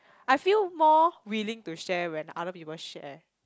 I feel more willing to share when other people share